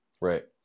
Right